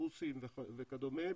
אוטובוסים וכדומה,